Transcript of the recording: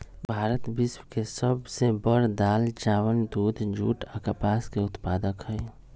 भारत विश्व के सब से बड़ दाल, चावल, दूध, जुट आ कपास के उत्पादक हई